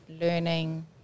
learning